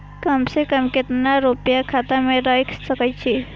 कम से कम केतना रूपया खाता में राइख सके छी?